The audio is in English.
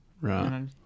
Right